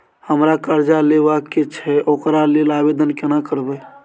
हमरा कर्जा लेबा के छै ओकरा लेल आवेदन केना करबै?